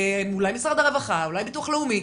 אולי משרד הרווחה, אולי ביטוח לאומי,